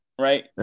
Right